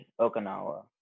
Okinawa